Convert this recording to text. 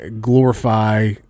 glorify